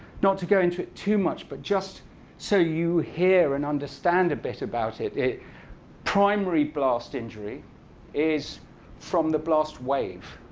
not to go into it too much, but just so you hear and understand a bit about it, primary blast injury is from the blast wave.